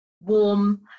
warm